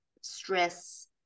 stress